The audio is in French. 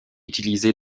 utilisé